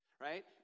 Right